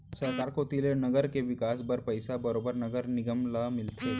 सरकार कोती ले नगर के बिकास बर पइसा बरोबर नगर निगम ल मिलथे